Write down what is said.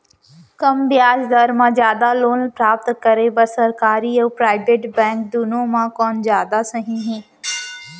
कम ब्याज दर मा जादा लोन प्राप्त करे बर, सरकारी अऊ प्राइवेट बैंक दुनो मा कोन जादा सही हे?